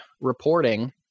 reporting